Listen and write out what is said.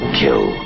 kill